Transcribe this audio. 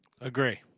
Agree